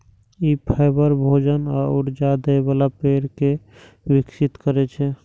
ई fibre, भोजन आ ऊर्जा दै बला पेड़ कें विकसित करै छै